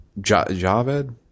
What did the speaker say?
Javed